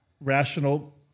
rational